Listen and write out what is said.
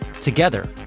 together